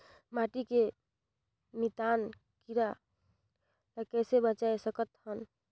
माटी के मितान कीरा ल कइसे बचाय सकत हन?